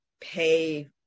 pay